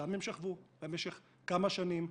ושם הם שכבו במשך כמה שנים.